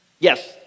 Yes